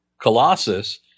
Colossus